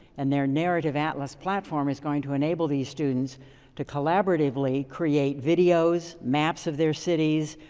and their narrative atlas platform is going to enable these students to collaboratively create videos, maps of their cities,